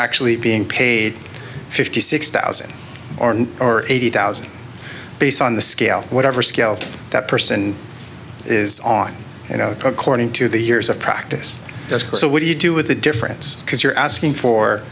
actually being paid fifty six thousand or eighty thousand based on the scale whatever scale that person is on you know according to the years of practice so what do you do with the difference because you're asking for